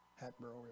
Hatboro